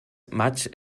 much